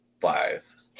five